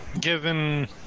given